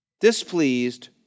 displeased